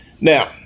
Now